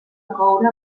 coure